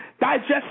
digest